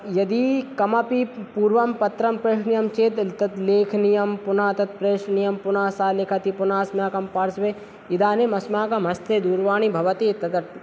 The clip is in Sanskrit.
यदि कमपि पूर्वं पत्रं प्रेषणीयं चेत् त् तद् लेखनीयं पुनः तत् प्रेषणीयं पुनः सः लिखति पुनः अस्माकं पार्श्वे इदानीम् अस्माकं हस्ते दूरवाणी भवति इत्यत